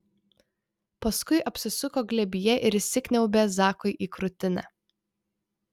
paskui apsisuko glėbyje ir įsikniaubė zakui į krūtinę